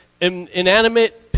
inanimate